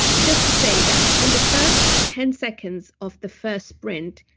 just to say that in the first ten seconds of the first sprint,